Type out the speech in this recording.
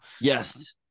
Yes